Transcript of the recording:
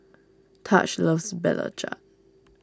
Tahj loves Belacan